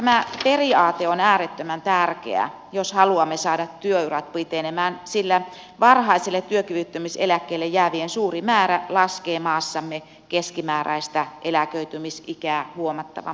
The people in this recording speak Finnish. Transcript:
tämä periaate on äärettömän tärkeä jos haluamme saada työurat pitenemään sillä varhaiselle työkyvyttömyyseläkkeelle jäävien suuri määrä laskee maassamme keskimääräistä eläköitymisikää huomattavan paljon